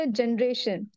generation